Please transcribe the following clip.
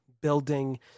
building